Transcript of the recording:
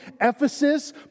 Ephesus